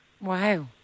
Wow